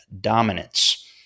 dominance